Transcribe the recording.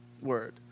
Word